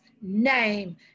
name